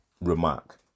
remark